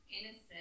innocent